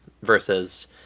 versus